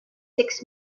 six